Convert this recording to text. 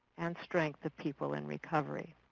and strength that people in recovery